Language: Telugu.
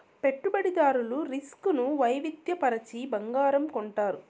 పెట్టుబడిదారులు రిస్క్ ను వైవిధ్య పరచి బంగారం కొంటారు